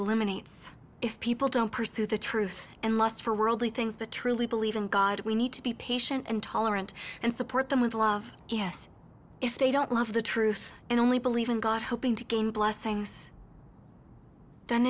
eliminates if people don't pursue the truth and lust for worldly things but truly believe in god we need to be patient and tolerant and support them with love yes if they don't love the truth and only believe in god hoping to gain blessings th